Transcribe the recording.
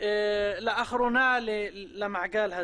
לאחרונה למעגל הזה.